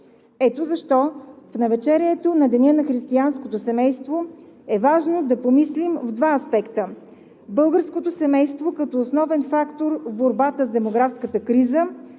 Ето защо в навечерието на Деня на християнското семейство е важно да помислим в два аспекта: българското семейство като основен фактор в борбата с демографската криза